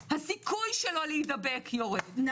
הסיכוי שלו להידבק יורד,